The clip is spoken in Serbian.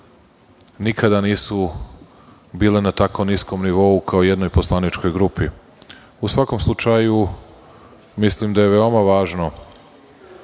nikada nisu bile na tako niskom nivou kao jednoj poslaničkoj grupi. Mislim da je veoma važno